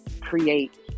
create